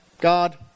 God